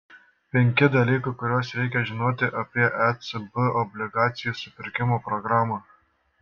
penki dalykai kuriuos reikia žinoti apie ecb obligacijų supirkimo programą